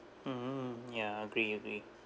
mm ya agree agree